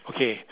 okay